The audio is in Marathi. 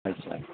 अच्छा